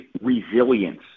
resilience